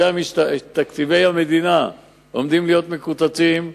תקציבי המדינה עומדים להיות מקוצצים,